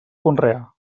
conrear